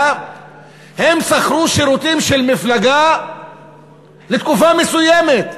הם שכרו שירותים של מפלגה לתקופה מסוימת,